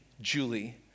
Julie